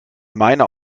meine